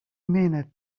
minute